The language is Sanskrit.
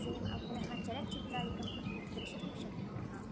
सिनेमा पुनः चलच्छित्रादिकम् अपि द्रष्टुं शक्नुमः